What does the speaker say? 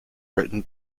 written